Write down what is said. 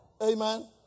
Amen